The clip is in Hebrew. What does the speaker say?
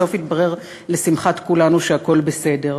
בסוף התברר לשמחת כולנו שהכול בסדר.